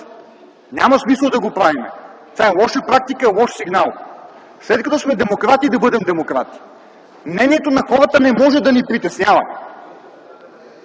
Няма смисъл да го правим - това е лоша практика, лош сигнал. След като сме демократи - да бъдем демократи! Мнението на хората не може да ни притеснява,